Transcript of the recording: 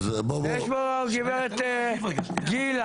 יש פה גברת גילה